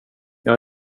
jag